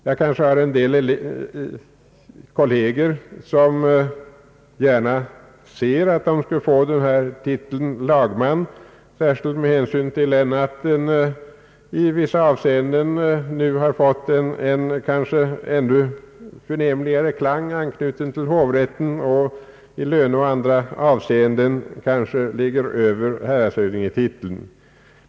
Jag kanske har en del kolleger som gärna ser att de får titeln lagman, särskilt med tanke på att den nu i vissa avseenden har fått en kanske ännu förnämligare klang — anknytningen till hovrätten — och i löneoch andra avseenden ligger över häradshövdingetiteln.